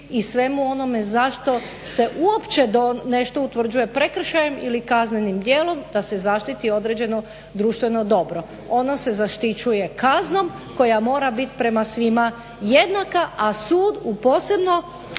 i svemu onome zašto se uopće nešto utvrđuje prekršajem ili kaznenim djelom, da se zaštiti određeno društveno dobro. Ono se zaštićuje kaznom koja mora biti prema svima jednaka, a sud u posebno